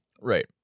Right